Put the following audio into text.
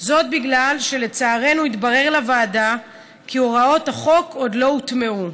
זאת בגלל שלצערנו התברר לוועדה כי הוראות החוק עוד לא הוטמעו,